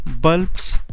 bulbs